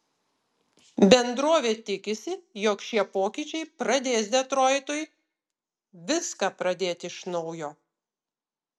bendrovė tikisi jog šie pokyčiai pradės detroitui viską pradėti iš naujo